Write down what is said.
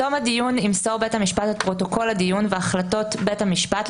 בתום הדיון ימסור בית המשפט את פרוטוקול הדיון והחלטות בית המשפט,